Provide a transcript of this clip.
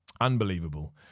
unbelievable